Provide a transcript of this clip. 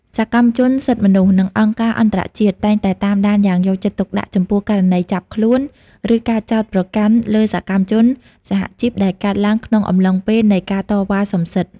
សកម្មជនសិទ្ធិមនុស្ស និងអង្គការអន្តរជាតិតែងតែតាមដានយ៉ាងយកចិត្តទុកដាក់ចំពោះករណីចាប់ខ្លួន ឬការចោទប្រកាន់លើសកម្មជនសហជីពដែលកើតឡើងក្នុងអំឡុងពេលនៃការតវ៉ាសុំសិទ្ធិ។